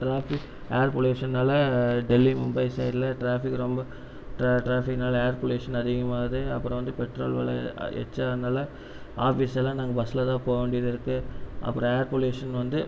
traffic air பொலுயூஷனால் டெல்லி மும்பை சைடில் traffic ரொம்ப ட்ராஃபிக்னால் ஏர் பொலுயூஷன் அதிகமாகுது அப்புறம் வந்து பெட்ரோல் விலை ஏற்றுதனால ஆஃபீஸ் எல்லாம் நாங்கள் பஸஸில் தான் போகவேண்டியதுருக்குது அப்புறம் ஏர் பொலுயூஷன் வந்து